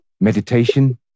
meditation